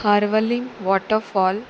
Harvalem waterfall